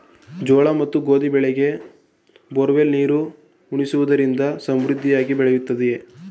ಜೋಳ ಮತ್ತು ಗೋಧಿ ಬೆಳೆಗೆ ಬೋರ್ವೆಲ್ ನೀರು ಉಣಿಸುವುದರಿಂದ ಸಮೃದ್ಧಿಯಾಗಿ ಬೆಳೆಯುತ್ತದೆಯೇ?